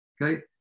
Okay